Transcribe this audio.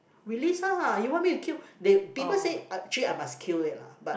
release lah you want me to kill the people said I actually I must kill it lah but